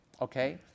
Okay